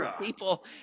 people